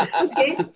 Okay